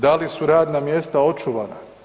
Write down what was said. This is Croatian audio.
Da li su radna mjesta očuvana?